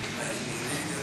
רויטל סויד.